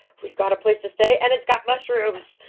we've got a place to stay and it's got mushrooms!